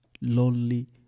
lonely